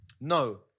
no